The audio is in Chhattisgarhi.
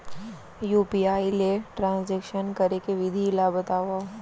यू.पी.आई ले ट्रांजेक्शन करे के विधि ला बतावव?